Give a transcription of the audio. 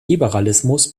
liberalismus